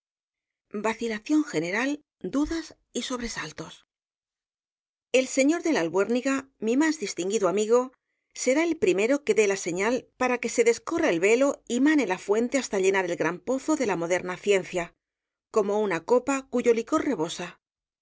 venturosas sendas al pensamiento humano vacilacióu general dudas sobresaltos el señor de la albuérniga mi más distinguido amigo será el primero que dé la señal para que se descorra el velo y mane la fuente hasta llenar el gran pozo de la moderna ciencia como una copa cuyo licor rebosa